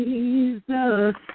Jesus